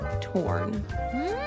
torn